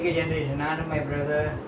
and your all your friends lah